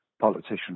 politician